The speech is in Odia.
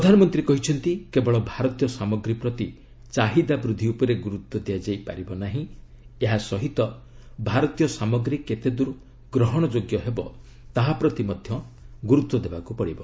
ପ୍ରଧାନମନ୍ତ୍ରୀ କହିଛନ୍ତି କେବଳ ଭାରତୀୟ ସାମଗ୍ରୀ ପ୍ରତି ଚାହିଦା ବୃଦ୍ଧି ଉପରେ ଗ୍ରର୍ତ୍ୱ ଦିଆଯାଇପାରିବ ନାହିଁ ଏହା ସହିତ ଭାରତୀୟ ସାମଗ୍ରୀ କେତେଦ୍ୱର ଗ୍ରହଣଯୋଗ୍ୟ ହେବ ତାହାପ୍ରତି ମଧ୍ୟ ଗୁରୁତ୍ୱ ଦେବାକୁ ପଡିବ